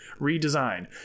redesign